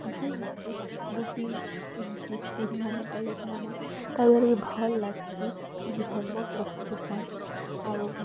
ଭଲ୍ ଲାଗ୍ସି ଗୋଟି ଛୁଟି ହେସି ସ୍କୁଲ୍ମାନେ କଲେଜ୍ମାନେ ତା ଦ୍ଵାରା ବି ଭଲ୍ ଲାଗ୍ସି ଫେର୍ ବି ହୋମ୍ୱାର୍କ୍ ବହୁତ୍ ଦେସନ୍ ଆଉ